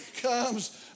comes